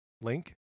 Link